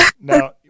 Now